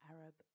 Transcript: Arab